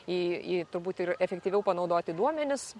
į į turbūt ir efektyviau panaudoti duomenis